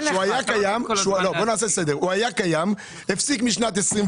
היה קיים, הפסיק מ-21'